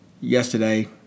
yesterday